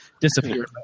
disappear